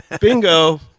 Bingo